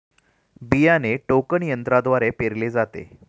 बियाणे टोकन यंत्रद्वारे पेरले जाते